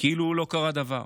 כאילו לא קרה דבר,